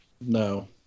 No